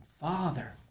Father